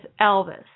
Elvis